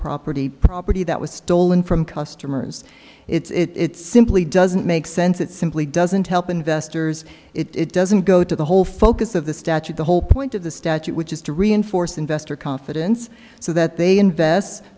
property property that was stolen from customers it's simply doesn't make sense it simply doesn't help investors it doesn't go to the whole focus of the statute the whole point of the statute which is to reinforce investor confidence so that they invest